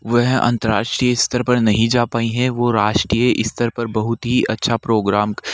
वह अन्तर्राष्ट्रीय स्तर पर नहीं जा पाईं है वो राष्ट्रीय स्तर पर बहुत ही अच्छा प्रोग्राम